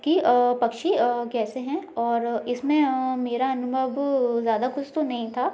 कि पक्षी कैसे हैं और इसमें मेरा अनुभव ज़्यादा कुछ तो नहीं था